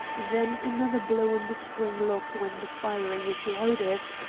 then, another blow on the spring lock when the firing is loudest,